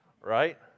right